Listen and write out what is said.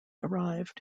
arrived